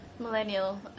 Millennial